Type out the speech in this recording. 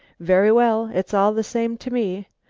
very well, it's all the same to me.